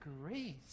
grace